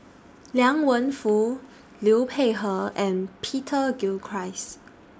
Liang Wenfu Liu Peihe and Peter Gilchrist